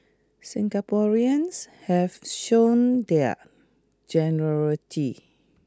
Singaporeans have shown their generosity